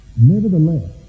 Nevertheless